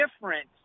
different